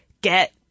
get